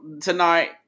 tonight